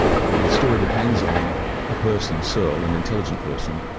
the story depends on a person, searle, an intelligent person,